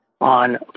on